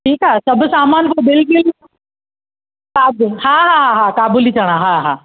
ठीकु आहे सभु सामान बिल विल हा हा हा काबुली चणा हा हा